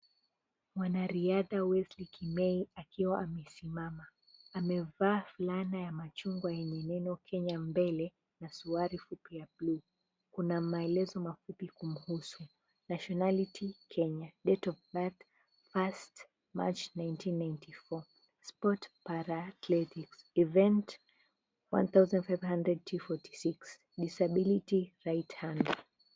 Mwanariadhi Wesley Kimeli akiwa amesimama. Amevaa fulana ya machungwa yenye neno Kenya mbele na suruali fupi ya bluu. Kuna maelezo mafupi kumhusu," Nationality Kenya, date of birth 1st March 1994, sport athletics, event 1500t46, disability right hand".